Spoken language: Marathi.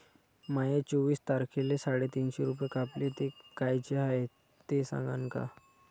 माये चोवीस तारखेले साडेतीनशे रूपे कापले, ते कायचे हाय ते सांगान का?